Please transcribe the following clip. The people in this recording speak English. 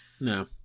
No